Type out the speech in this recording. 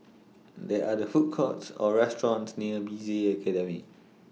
They Are There Food Courts Or restaurants near B C A Academy